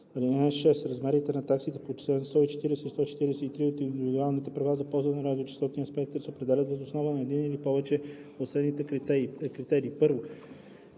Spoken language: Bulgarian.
Размерите на таксите по чл. 140 и 143 за индивидуалните права за ползване на радиочестотен спектър се определят въз основа на един или повече от следните критерии: